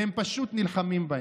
והם פשוט נלחמים בהם.